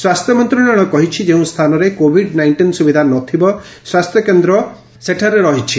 ସ୍ୱାସ୍ଥ୍ୟ ମନ୍ତ୍ରଣାଳୟ କହିଛି ଯେଉଁ ସ୍ଥାନରେ କୋଭିଡ୍ ନାଇକ୍ଷିନ୍ ସ୍ରବିଧା ନ ଥିବା ସ୍ୱାସ୍ଥ୍ୟ କେନ୍ଦ୍ର ରହିଛି